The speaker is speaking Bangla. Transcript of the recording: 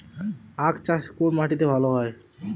আখ চাষ কোন মাটিতে ভালো হয়?